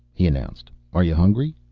he announced. are you hungry?